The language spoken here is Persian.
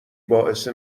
باعث